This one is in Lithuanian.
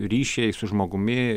ryšiai su žmogumi